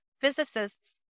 physicists